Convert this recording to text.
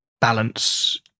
balance